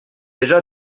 déjà